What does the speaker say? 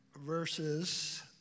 verses